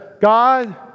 God